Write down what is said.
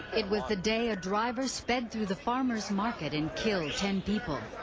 it was the day a driver sped through the farmer's market and killed ten people.